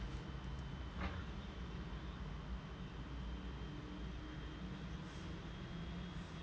right